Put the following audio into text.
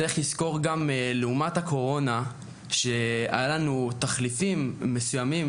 צריך גם לזכור שלעומת הקורונה היו לנו תחליפים מסוימים.